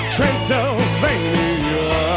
Transylvania